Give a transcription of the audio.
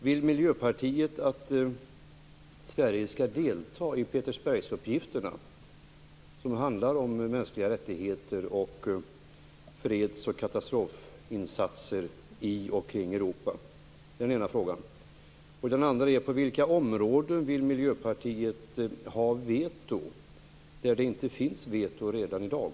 Vill Miljöpartiet att Sverige skall delta i Petersbergsuppgifterna, som handlar om mänskliga rättigheter och freds och katastrofinsatser i och kring Europa? Det var den ena frågan. Den andra frågan är: På vilka områden där det inte finns veto redan i dag vill Miljöpartiet ha veto?